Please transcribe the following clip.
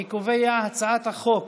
אני קובע כי הצעת החוק